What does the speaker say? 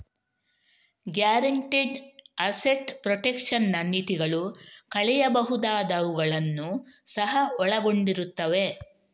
guaranteed asset protection ನ ನೀತಿಗಳು ಕಳೆಯಬಹುದಾದವುಗಳನ್ನು ಸಹ ಒಳಗೊಂಡಿರುತ್ತವೆ